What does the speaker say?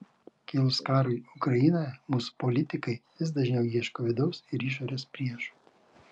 kilus karui ukrainoje mūsų politikai vis dažniau ieško vidaus ir išorės priešų